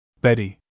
Betty